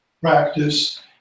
practice